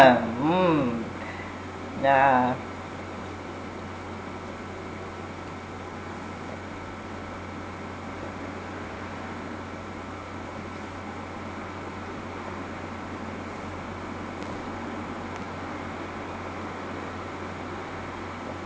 mm yeah